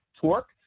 torque